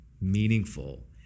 meaningful